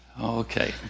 Okay